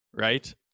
right